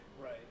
Right